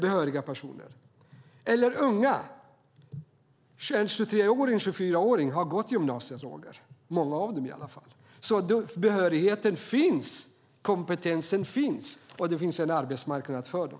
Många av de unga som är 21-24 år har gått gymnasiet, Roger. Behörigheten finns, kompetensen finns och det finns en arbetsmarknad för dem.